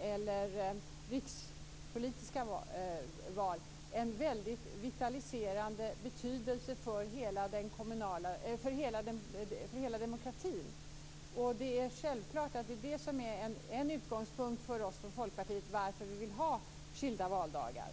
eller rikspolitiska val en väldigt vitaliserande betydelse för hela demokratin. Det är självklart att det är det som är en utgångspunkt för oss i Folkpartiet till varför vi vill ha skilda valdagar.